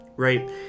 right